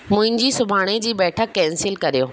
मुंहिंजी सुभाणे जी बैठकु कैंसिल करियो